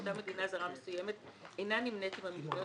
ואותה מדינה זרה מסוימת אינה נמנית עם המדינות